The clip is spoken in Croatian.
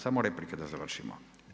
Samo replike da završimo.